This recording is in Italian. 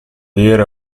dire